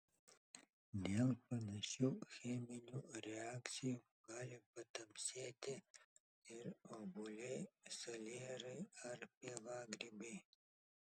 dėl panašių cheminių reakcijų gali patamsėti ir obuoliai salierai ar pievagrybiai